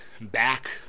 back